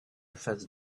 face